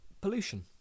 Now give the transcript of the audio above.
pollution